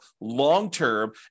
long-term